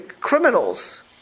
Criminals